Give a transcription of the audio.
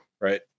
right